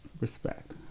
respect